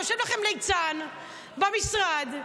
יושב לכם ליצן במשרד,